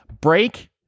break